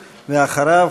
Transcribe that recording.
ואחריו,